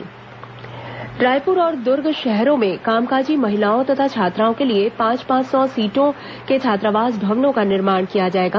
विकास निधि बैठक रायपुर और दुर्ग शहरों में कामकाजी महिलाओं तथा छात्राओं के लिए पांच पांच सौ सीटों के छात्रावास भवनों का निर्माण किया जाएगा